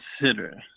consider